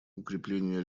укрепление